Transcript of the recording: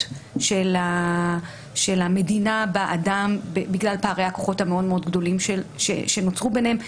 של המדינה באדם בגלל פערי הכוחות המאוד מאוד גדולים שנוצרו ביניהם.